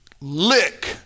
lick